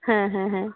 হ্যাঁ হ্যাঁ হ্যাঁ